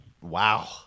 Wow